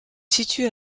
situe